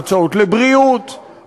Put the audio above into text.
הוצאות לבריאות,